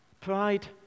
Pride